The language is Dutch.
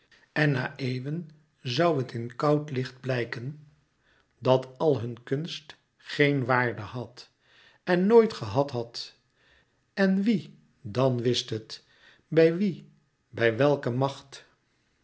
en na eeuwen zoû het in koud licht blijken dat àl hun kunst geen waarde had en nooit gehad had en wié dan wist het bij wie bij welke macht